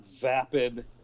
vapid